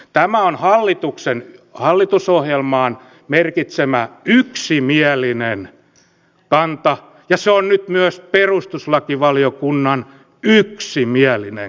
tämä on hallituksen hallitusohjelmaan merkitsemä yksimielinen kanta ja se on nyt myös perustuslakivaliokunnan yksimielinen kanta